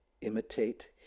imitate